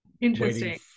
interesting